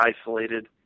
isolated